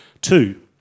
Two